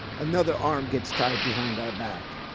another arm gets tied behind our back,